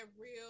real